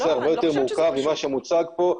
הנושא הרבה יותר מורכב ממה שמוצג כאן.